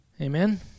Amen